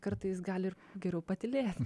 kartais gali ir geriau patylėt